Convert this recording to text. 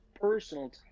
personal